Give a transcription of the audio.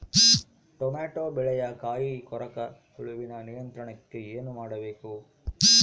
Tomato ಬೆಳೆಯ ಕಾಯಿ ಕೊರಕ ಹುಳುವಿನ ನಿಯಂತ್ರಣಕ್ಕೆ ಏನು ಮಾಡಬೇಕು?